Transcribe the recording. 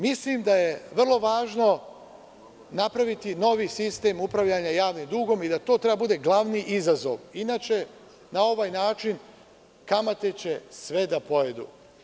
Mislim da je vrlo važno napraviti novi sistem upravljanja javnim dugom i da to treba da bude glavni izazov, inače na ovaj način kamate će sve da pojedu.